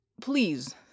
Please